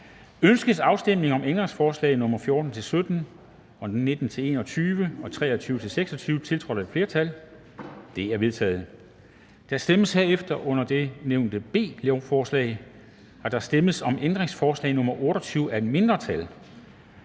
Ønskes afstemning om ændringsforslag nr. 14-17, 19-21 og 23-26, tiltrådt af et flertal (udvalget med undtagelse af NB)? De er vedtaget. Der stemmes herefter om det under B nævnte lovforslag: Der stemmes om ændringsforslag nr. 28 af et mindretal